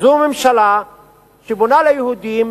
זאת ממשלה שבונה ליהודים